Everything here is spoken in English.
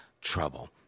trouble